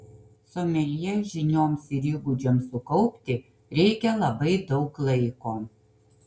someljė žinioms ir įgūdžiams sukaupti reikia labai daug laiko